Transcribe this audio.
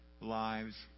lives